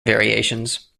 variations